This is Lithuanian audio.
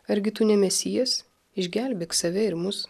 argi tu ne mesijas išgelbėk save ir mūsų